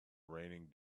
raining